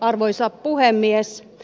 arvoisa puhemies